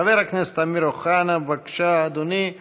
חבר הכנסת אמיר אוחנה, בבקשה, אדוני,